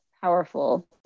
powerful